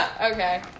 Okay